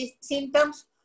symptoms